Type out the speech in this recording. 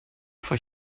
for